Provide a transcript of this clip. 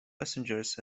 passengers